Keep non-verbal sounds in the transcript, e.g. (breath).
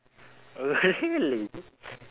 oh really (breath)